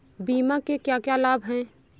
बीमा के क्या क्या लाभ हैं?